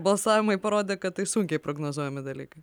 balsavimai parodė kad tai sunkiai prognozuojami dalykai